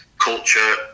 culture